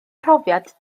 profiad